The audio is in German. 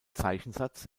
zeichensatz